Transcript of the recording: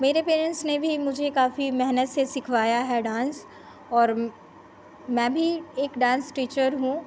मेरे पेरेन्ट्स ने भी मुझे काफ़ी मेहनत से सिखवाया है डान्स और मैं भी एक डान्स टीचर हूँ